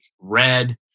Red